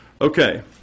Okay